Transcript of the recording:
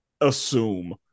assume